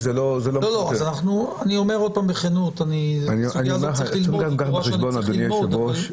אז אני אומר עוד פעם בכנות -- אדוני היושב-ראש,